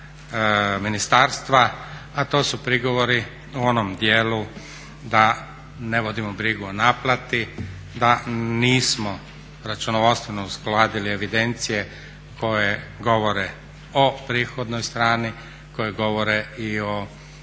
ministarstva, a to su prigovori u onom dijelu da ne vodimo brigu o naplati, da nismo računovodstveno uskladili evidencije koje govore o prihodnoj strani, koji govore i o